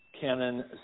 Canon